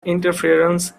interference